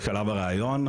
בשלב הראיון,